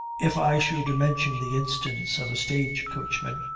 if i should mention the instance of a stage-coachman,